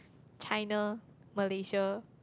China Malaysia